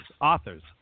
authors